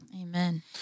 Amen